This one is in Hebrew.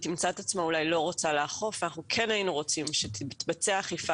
תמצא את עצמה אולי לא רוצה לאכוף ואנחנו כן היינו רוצים שתתבצע אכיפה